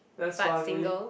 but single